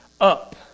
up